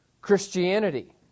Christianity